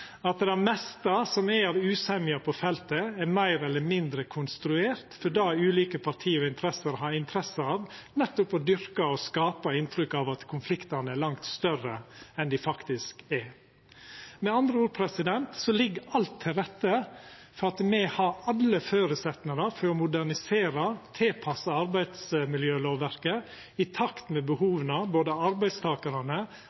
på feltet, er meir eller mindre konstruert fordi ulike parti og interesser har interesse av nettopp å dyrka og skapa inntrykk av at konfliktane er langt større enn dei faktisk er. Med andre ord ligg alt til rette for at me har alle føresetnadar for å modernisera og tilpassa arbeidsmiljølovverket, i takt med